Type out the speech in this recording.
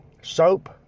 soap